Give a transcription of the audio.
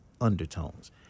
undertones